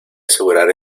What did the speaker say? asegurar